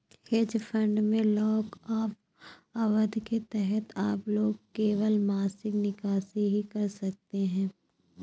hedge fund में lockup अवधि के तहत आप केवल मासिक निकासी ही कर सकते हैं